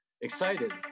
Excited